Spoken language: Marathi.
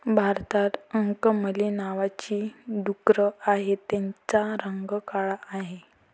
भारतात अंकमली नावाची डुकरं आहेत, त्यांचा रंग काळा आहे